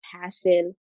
passion